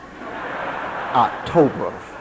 October